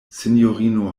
sinjorino